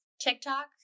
TikTok